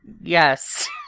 yes